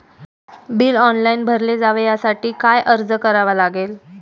Bill online भरले जावे यासाठी काय अर्ज करावा लागेल?